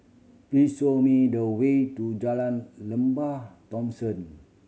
please show me the way to Jalan Lembah Thomson